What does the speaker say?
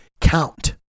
count